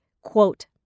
quote